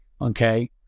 okay